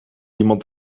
iemand